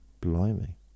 blimey